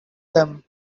them